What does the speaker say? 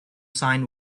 sign